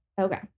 Okay